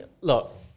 look